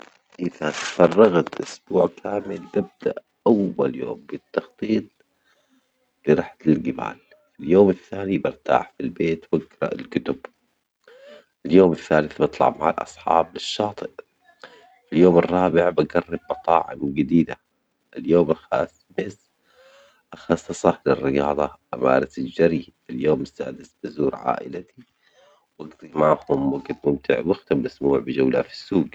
إذا تفرغت أسبوع كامل ببدأ أول يوم بالتخطيط لرحلة الجمال، اليوم الثاني برتاح في البيت و أقرأ الكتب، اليوم الثالث بطلع مع الأصحاب بالشاطئ، اليوم الرابع بجرب مطاعم جديدة، اليوم الخا_الخامس أخصصه للرياضة بمارس الجري، اليوم السادس بزور عائلتي وأجضي معهم يوم ممتع وأختم الأسبوع بجولة في السوج.